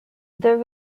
there